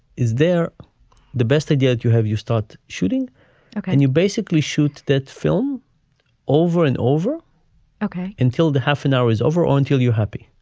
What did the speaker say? is there the best idea you have? you start shooting and you basically shoot that film over and over until the half an hour is over. um until you happy,